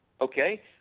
Okay